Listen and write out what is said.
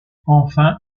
enfin